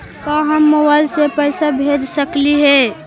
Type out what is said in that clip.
का हम मोबाईल से पैसा भेज सकली हे?